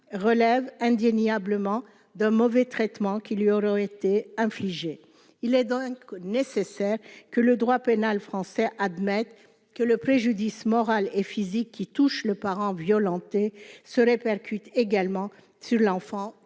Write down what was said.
relève indéniablement de mauvais traitements qui lui auraient été infligées, il est donc nécessaire que le droit pénal français admettent que le préjudice moral et physique qui touche le parent violenter se répercute également sur l'enfant,